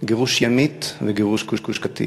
גירוש ימית וגירוש גוש-קטיף.